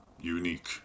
unique